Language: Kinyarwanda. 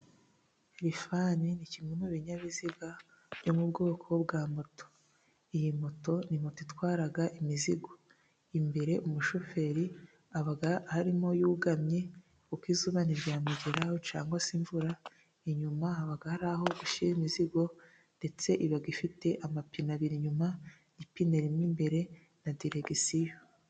Lifani ni kimwe mu binyabiziga byo mu bwoko bwa moto. Iyi moto ni moto itwara imizigo , imbere umushoferi aba arimo yugamye kuko izuba ntiryamugeraho cyangwa se imvura. Inyuma haba aho gushyira imizigo ndetse iba ifite amapine abiri inyuma n'ipine rimwe imbere na deregisiyo.